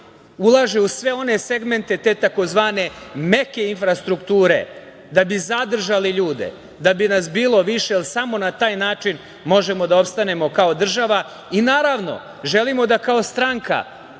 ulaže u sve one segmente te takozvane meke infrastrukture, da bi zadržali ljude, da bi nas bilo više, jer samo na taj način možemo da opstanemo kao država. Naravno, želimo da kao stranka